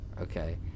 Okay